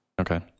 okay